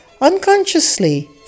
unconsciously